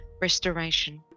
restoration